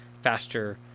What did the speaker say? faster